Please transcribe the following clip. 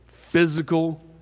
physical